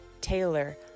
Taylor